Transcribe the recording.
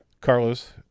Carlos